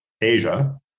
Asia